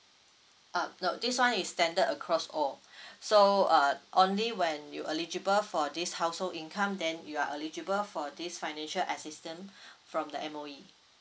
uh no this one is standard across all so uh only when you eligible for this household income then you are eligible for this financial assistance from the M_O_E